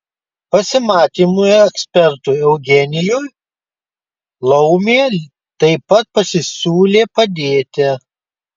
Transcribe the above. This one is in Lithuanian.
pasimatymų ekspertui eugenijui laumė taip pat pasisiūlė padėti